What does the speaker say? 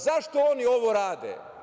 Zašto ono ovo rade?